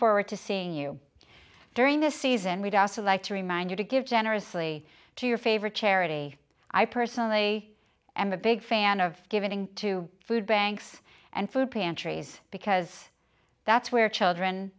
forward to seeing you during the season we'd also like to remind you to give generously to your favorite charity i personally am a big fan of giving to food banks and food pantries because that's where children